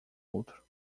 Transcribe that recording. outro